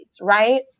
right